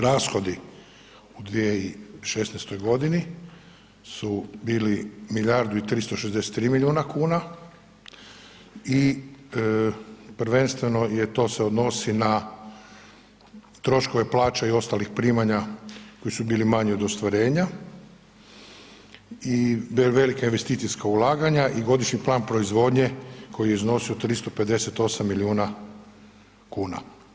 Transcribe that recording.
Rashodi u 2016.g. su bili milijardu i 363 milijuna kuna i prvenstveno je to se odnosi na troškove plaća i ostalih primanja koji su bili manji od ostvarenja i velika investicijska ulaganja i godišnji plan proizvodnje koji je iznosio 358 milijuna kuna.